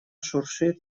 шуршит